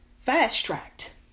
fast-tracked